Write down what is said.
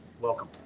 welcome